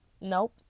Nope